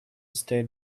state